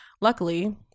Luckily